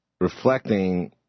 reflecting